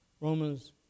Romans